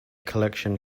collection